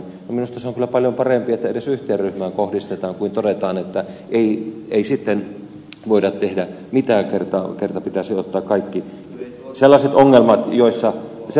minusta se on kyllä paljon parempi että edes yhteen ryhmään kohdistetaan kuin se että todetaan että ei voida tehdä mitään kun kerran pitäisi ottaa kaikki sellaiset ryhmät mukaan joissa tavallaan ongelmia esiintyy